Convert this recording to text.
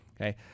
okay